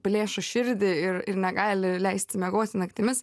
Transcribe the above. plėšo širdį ir ir negali leisti miegoti naktimis